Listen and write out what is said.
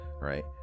right